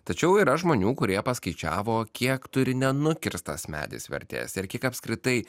tačiau yra žmonių kurie paskaičiavo kiek turi nenukirstas medis vertės ir kiek apskritai